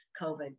COVID